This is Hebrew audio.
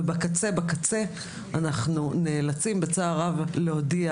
ובקצה אנחנו נאלצים בצער רב להודיע